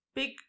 big